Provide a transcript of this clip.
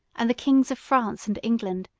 and the kings of france and england,